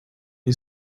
you